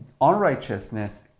unrighteousness